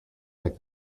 like